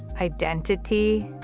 identity